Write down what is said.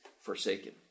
forsaken